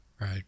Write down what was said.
Right